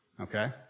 okay